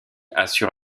assure